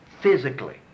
physically